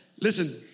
Listen